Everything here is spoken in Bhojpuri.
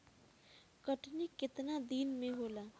कटनी केतना दिन में होला?